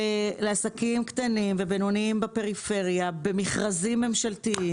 לעסקים קטנים ובינוניים בפריפריה במכרזים ממשלתיים.